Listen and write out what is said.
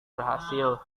berhasil